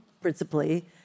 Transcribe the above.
principally